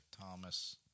Thomas